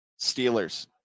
Steelers